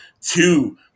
two